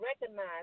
recognize